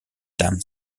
damme